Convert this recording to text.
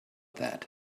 that